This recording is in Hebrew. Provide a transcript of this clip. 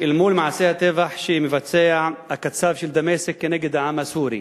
אל מול מעשי הטבח שמבצע הקצב של דמשק כנגד העם הסורי.